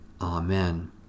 Amen